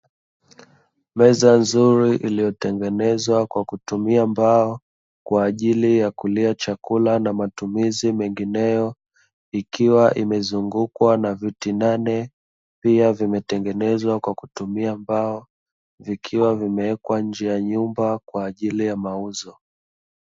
Meza nzuri iliyotengenezwa kwa kutumia mbao kwajili ya kulia chakula na matumizi mengineyo ikiwa imezungukwa na viti nane, pia vimetengenezwa kwakutumia mbao vimewekwa nje ya nyumba kwajili ya mauzo.